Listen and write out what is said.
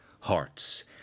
hearts